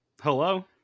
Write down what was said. Hello